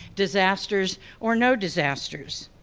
disasters or no disasters.